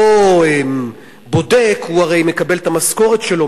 אותו בודק, הוא הרי מקבל את המשכורת שלו